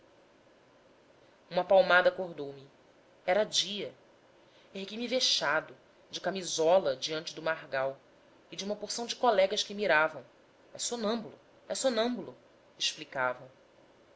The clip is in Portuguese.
uma palmada acordou me era dia ergui-me vexado de camisola diante do margal e de uma porção de colegas que miravam é sonâmbulo é sonâmbulo explicavam